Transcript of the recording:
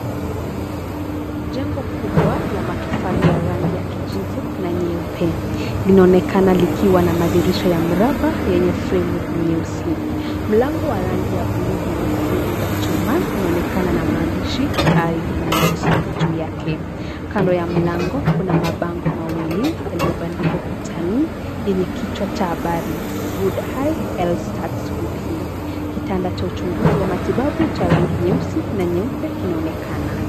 Jengo kubwa la matofali ya rangi ya kijivu na nyeupe. Linaonekana likiwa na madirisha ya mraba yenye fremu nyeusi. Mlango wa rangi ya blue yenye fremu za chuma, unaonekana na mandishi I unit , juu yake. Kando ya mlango, kuna mabango mawili yaliyobandikwa kutani yenye kichwa cha habari. Good high, L starts with you . Kitanda cha uchunguzi wa matibabu cha rangi nyeusi na nyeupe kinaonekana.